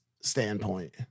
standpoint